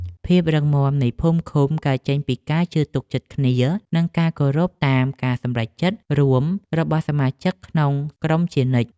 ភាពរឹងមាំនៃភូមិឃុំកើតចេញពីការជឿទុកចិត្តគ្នា និងការគោរពតាមការសម្រេចចិត្តរួមរបស់សមាជិកក្នុងក្រុមជានិច្ច។